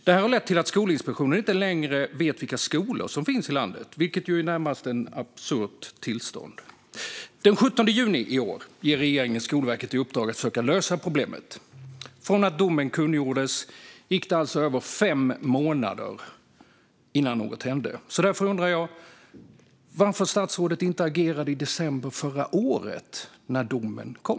Det här har lett till att Skolinspektionen inte längre vet vilka skolor som finns i landet, vilket är ett närmast absurt tillstånd. Den 17 juni i år gav regeringen Skolverket i uppdrag att försöka lösa problemet. Från att domen kungjordes gick det alltså över fem månader innan något hände. Därför undrar jag varför statsrådet inte agerade i december förra året när domen kom.